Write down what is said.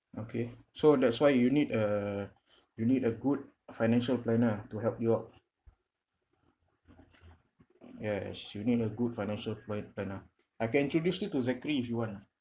okay so that's why you need a you need a good financial planner to help you out yes you need a good financial pla~ planner I can introduce you to zachary if you want